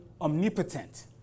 omnipotent